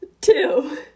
two